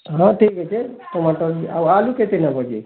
ହଁ ଠିକ୍ ଅଛେ ଟମାଟର୍ ଆଉ ଆଲୁ କେତେ ନେବ ଯେ